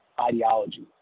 ideology